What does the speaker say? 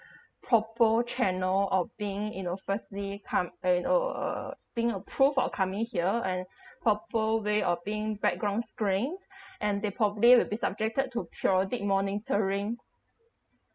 proper channel of being you know firstly come and or uh being approved of coming here and proper way of being background screened and they probably will be subjected to periodic monitoring